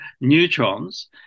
neutrons